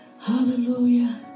Hallelujah